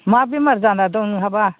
मा बेमार जाना दं नोंहाबा